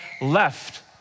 left